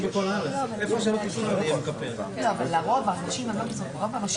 מה שאדוני אומר זה מה קורה במצב שבו יש נושה מהותי,